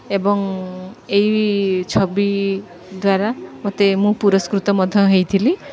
ଏବଂ ଏହି ଛବି ଦ୍ୱାରା ମୋତେ ମୁଁ ପୁରସ୍କୃତ ମଧ୍ୟ ହୋଇଥିଲି